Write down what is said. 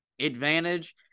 advantage